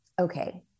Okay